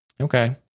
Okay